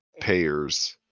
payers